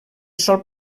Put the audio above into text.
sol